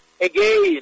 again